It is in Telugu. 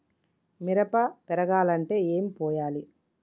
మిరప పెరగాలంటే ఏం పోయాలి?